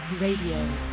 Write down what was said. Radio